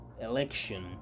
election